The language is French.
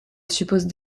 supposent